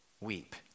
Weep